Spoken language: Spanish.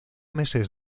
meses